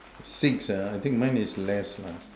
six ah I think mine is less lah